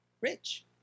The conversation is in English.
rich